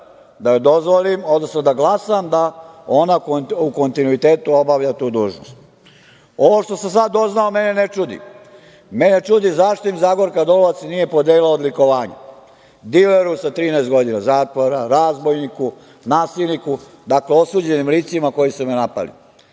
da dozvolim, odnosno da glasam da ona u kontinuitetu obavlja tu dužnost. Ovo što sam sada doznao mene ne čudi. Mene čudi zašto im Zagorka Dolovac nije podelila odlikovanja, dileru sa 13 godina zatvora, razbojniku, nasilniku, dakle osuđenim licima koji su me napali?